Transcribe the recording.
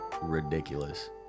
ridiculous